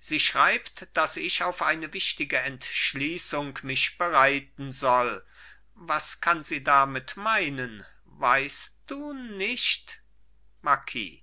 sie schreibt daß ich auf eine wichtige entschließung mich bereiten soll was kann sie damit meinen weißt du nicht marquis